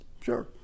Sure